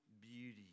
beauty